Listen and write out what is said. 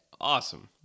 Awesome